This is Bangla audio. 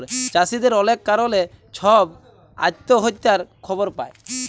চাষীদের অলেক কারলে ছব আত্যহত্যার খবর পায়